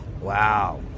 Wow